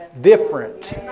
different